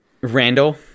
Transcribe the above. Randall